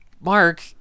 Mark